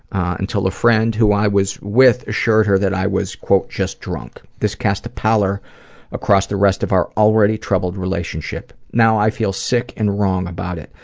until a friend who i was with assured her that i was just drunk. this cast a pallor across the rest of our already troubled relationship. now i feel sick and wrong about it.